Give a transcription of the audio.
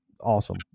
awesome